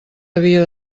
havia